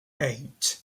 eight